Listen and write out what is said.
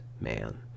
man